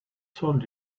told